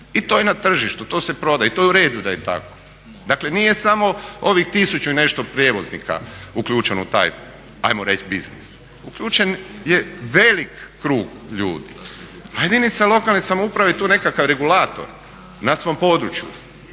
i to je na tržištu. To se prodaje i to je u redu da je tako. Dakle, nije samo ovih 1000 i nešto prijevoznika uključeno u taj, hajmo reći biznis. Uključen je velik krug ljudi, a jedinica lokalne samouprave je tu nekakav regulator na svom području